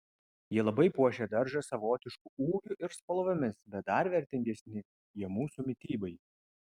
jie labai puošia daržą savotišku ūgiu ir spalvomis bet dar vertingesni jie mūsų mitybai